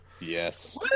Yes